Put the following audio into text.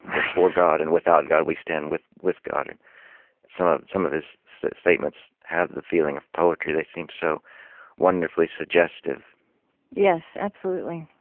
god and without god, we stand with with god. and some of some of his statements have the feeling of poetry. they seem so wonderfully suggestive yes, absolutely.